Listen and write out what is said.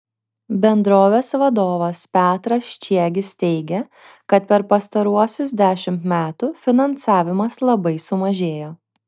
bendrovės vadovas petras čiegis teigė kad per pastaruosius dešimt metų finansavimas labai sumažėjo